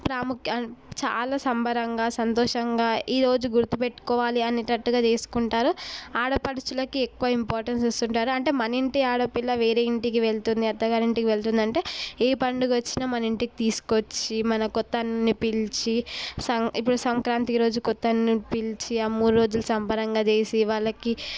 ప్రాముఖ్య చాలా సంబరంగా సంతోషంగా ఈరోజు గుర్తు పెట్టుకోవాలి అనేటట్టుగా చేసుకుంటారు ఆడపడుచులకి ఎక్కువ ఇంపార్టెన్స్ ఇస్తుంటారు అంటే మన ఇంటి ఆడపిల్ల వేరే ఇంటికి వెళ్తుంది అత్తగారింటికి వెళ్తుంది అంటే ఏ పండుకొచ్చిన మన ఇంటికి తీసుకొచ్చి మన కొత్త అల్లుడిని పిలిచి ఇప్పుడు సంక్రాంతి రోజు కొత్త అల్లున్ని పిలిచి ఆ మూడు రోజులు సంబరంగా చేసి వాళ్ళకి